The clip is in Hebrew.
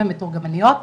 ומתורגמניות.